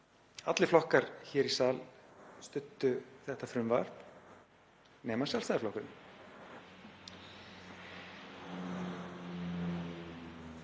allir flokkar hér í sal studdu þetta frumvarp nema Sjálfstæðisflokkurinn.